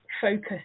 focus